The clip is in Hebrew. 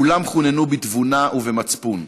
כולם חוננו בתבונה ובמצפון,